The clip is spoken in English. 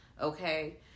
Okay